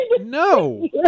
No